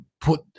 put